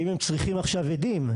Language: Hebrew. האם הם צריכים עכשיו עדים.